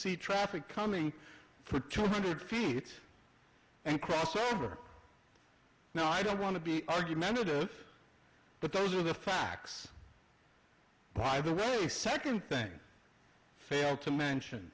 see traffic coming for two hundred feet and cross over now i don't want to be argumentative but those are the facts by the way a second thing failed to mention